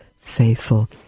Faithful